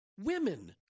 women